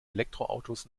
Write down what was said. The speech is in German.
elektroautos